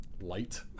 light